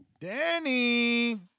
Danny